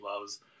loves